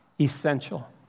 essential